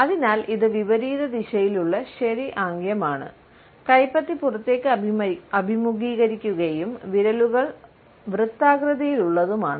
അതിനാൽ ഇത് വിപരീതദിശയിലുള്ള 'ശരി' ആംഗ്യമാണ് കൈപ്പത്തി പുറത്തേക്ക് അഭിമുഖീകരിക്കുകയും വിരലുകൾ വൃത്താകൃതിയിലുള്ളതുമാണ്